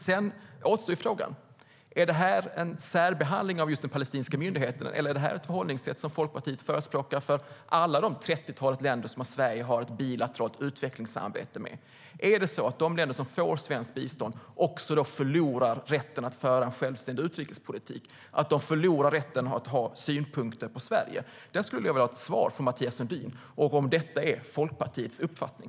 Sedan återstår frågan om det här är särbehandling av den palestinska myndigheten eller om detta är ett förhållningssätt som Folkpartiet förespråkar för alla de trettiotalet länder som Sverige har ett bilateralt utvecklingssamarbete med. Är det så att de länder som får svenskt bistånd förlorar rätten att föra en självständig utrikespolitik, att de förlorar rätten att ha synpunkter på Sverige? Jag skulle vilja ha svar från Mathias Sundin på om detta är Folkpartiets uppfattning.